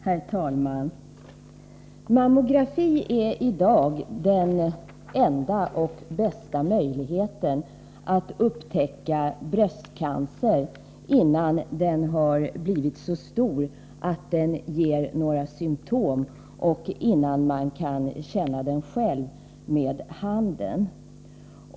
Herr talman! Mammografi är i dag den enda och bästa möjligheten att upptäcka bröstcancer innan tumören har blivit så stor att den ger några symtom och innan man kan känna den själv med handen.